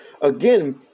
again